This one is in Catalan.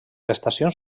estacions